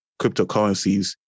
cryptocurrencies